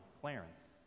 Clarence